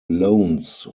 loans